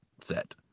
set